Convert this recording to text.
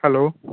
hello